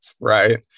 right